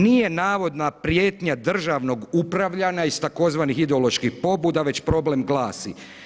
Nije navodna prijetnja državnog upravljanja iz tzv. ideoloških pobuda već problem glasi.